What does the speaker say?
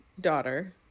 daughter